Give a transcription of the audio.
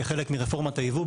כחלק מרפורמת הייבוא,